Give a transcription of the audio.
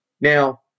Now